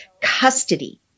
custody